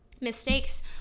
mistakes